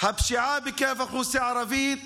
הפשיעה בקרב האוכלוסייה הערבית